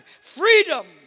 Freedom